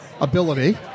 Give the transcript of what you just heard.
ability